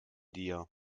dir